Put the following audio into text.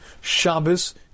Shabbos